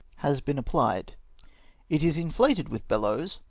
has been applied it is inflated with bellows,